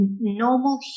normal